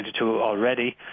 already